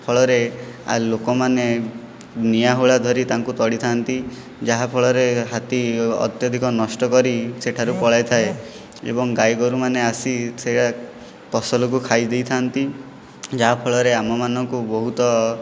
ଫଳରେ ଆ ଲୋକମାନେ ନିଆହୁଳା ଧରି ତାଙ୍କୁ ତଡ଼ିଥାନ୍ତି ଯାହା ଫଳରେ ହାତୀ ଅତ୍ୟଧିକ ନଷ୍ଟ କରି ସେଠାରୁ ପଳାଇଥାଏ ଏବଂ ଗାଈଗୋରୁ ମାନେ ଆସି ସେଇଆ ଫସଲକୁ ଖାଇଦେଇଥାନ୍ତି ଯାହା ଫଳରେ ଆମମାନଙ୍କୁ ବହୁତ